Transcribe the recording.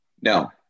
no